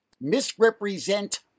misrepresent